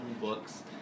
books